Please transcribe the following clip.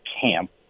camp